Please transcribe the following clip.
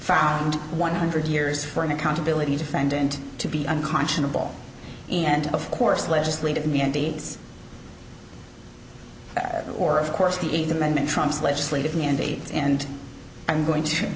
found one hundred years for an accountability defendant to be unconscionable and of course legislative mandates or of course the eighth amendment trumps legislative mandates and i'm going to